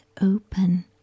open